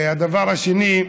הדבר השני,